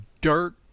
dirt